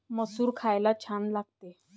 मसूर खायला छान लागते